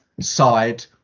side